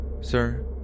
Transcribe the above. sir